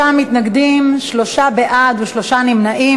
43 מתנגדים, שלושה בעד ושלושה נמנעים.